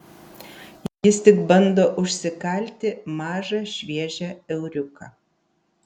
jis tik bando užsikalti mažą šviežią euriuką